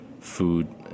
food